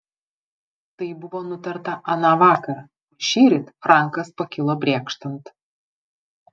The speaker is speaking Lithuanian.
tai buvo nutarta aną vakarą o šįryt frankas pakilo brėkštant